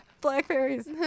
Blackberries